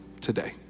today